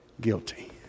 Guilty